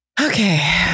Okay